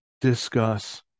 discuss